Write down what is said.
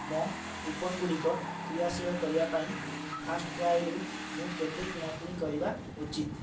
ମୋ କୁପନ୍ଗୁଡ଼ିକ କ୍ରିୟାଶୀଳ କରିବା ପାଇଁ ଫାର୍ଷ୍ଟ୍କ୍ରାଏରୁ ମୁଁ କେତେ କିଣାକିଣି କରିବା ଉଚିତ୍